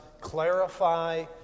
clarify